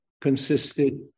consisted